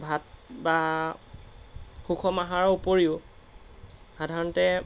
ভাত বা সুষম আহাৰৰ উপৰিও সাধাৰণতে